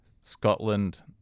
Scotland